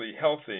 healthy